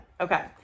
Okay